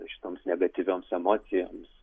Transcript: šitoms negatyvioms emocijoms